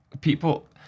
people